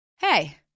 Hey